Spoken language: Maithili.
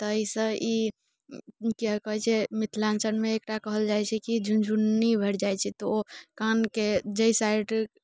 तऽ एहिसँ ई के कहैत छै मिथिलाञ्चलमे एकटा कहल जाइत छै की झुनझुन्नी भरि जाइत छै तऽ ओ कानके जाहि साइड